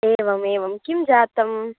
एवमेवं किं जातम्